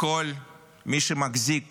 בכל מי שמחזיק